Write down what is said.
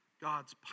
God's